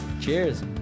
cheers